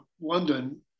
London